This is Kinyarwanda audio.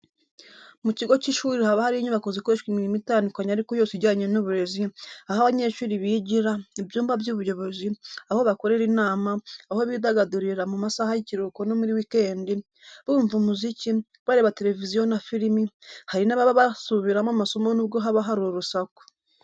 Mu kigo cy'ishuri haba hari inyubako zikoreshwa imirimo itandukanye ariko yose ijyanye n'uburezi: aho abanyeshuri bigira, ibyumba by'ubuyobozi, aho bakorera inama, aho bidagadurira mu masaha y'ikiruhuko no muri weekend, bumva umuziki, bareba televiziyo na filimi, hari n'ababa basuburimo amasomo n'ubwo haba hari urusaku.